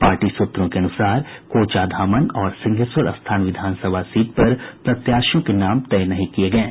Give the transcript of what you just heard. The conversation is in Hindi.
पार्टी सूत्रों के अनुसार कोचाधामन और सिंहेश्वर स्थान विधानसभा सीट पर प्रत्याशियों के नाम तय नहीं किये गये हैं